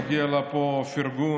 מגיע לה פה פרגון.